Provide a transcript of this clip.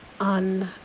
on